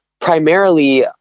primarily